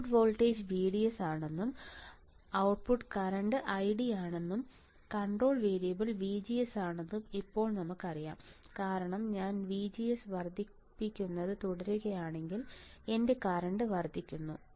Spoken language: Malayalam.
ഔട്ട്പുട്ട് വോൾട്ടേജ് VDS ആണെന്നും ഔട്ട്പുട്ട് കറന്റ് IDയാണെന്നും കൺട്രോൾ വേരിയബിൾ VGS ആണെന്നും ഇപ്പോൾ നമുക്കറിയാം കാരണം ഞാൻ VGS വർദ്ധിപ്പിക്കുന്നത് തുടരുകയാണെങ്കിൽ എന്റെ കറന്റ് വർദ്ധിക്കുന്നു